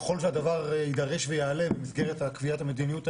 ככל והדבר יידרש ויעלה במסגרת קביעת מדיניות,